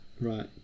Right